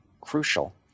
crucial